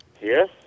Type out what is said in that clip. Yes